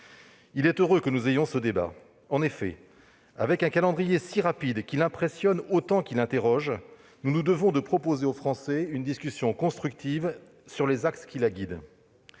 Il est heureux que nous ayons ce débat. En effet, avec un calendrier si rapide qu'il impressionne autant qu'il interroge, nous nous devons de proposer aux Français une discussion constructive sur les axes qui le guident.